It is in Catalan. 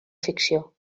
ficció